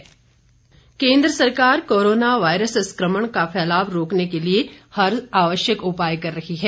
गृह मंत्रालय केन्द्र सरकार कोरोना वायरस संक्रमण का फैलाव रोकने के लिए हर आवश्यक उपाय कर रही है